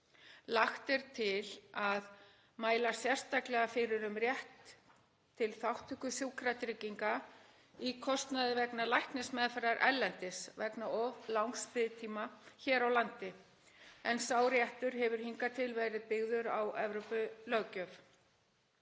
Lagt er til að mæla sérstaklega fyrir um rétt til þátttöku Sjúkratrygginga í kostnaði vegna læknismeðferðar erlendis vegna of langs biðtíma hér á landi, en sá réttur hefur hingað til verið byggður á Evrópulöggjöf.